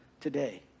Today